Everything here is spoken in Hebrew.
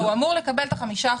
הוא אמור לקבל את ה-5%,